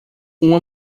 uma